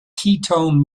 ketone